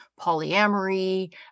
polyamory